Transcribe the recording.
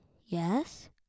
Yes